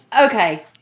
Okay